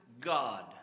God